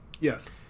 Yes